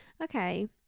Okay